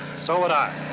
so would i.